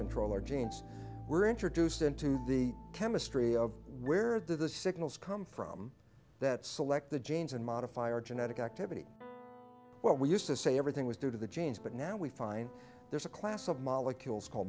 control our genes were introduced into the chemistry of where the signals come from that select the jains and modify our genetic activity well we used to say everything was due to the genes but now we find there's a class of molecules call